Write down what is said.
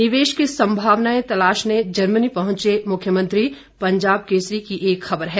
निवेश की संभावनाएं तलाशने जर्मनी पहुंचे मुख्यमंत्री पंजाब केसरी की एक खबर है